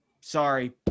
sorry